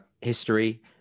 history